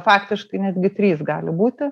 faktiškai netgi trys gali būti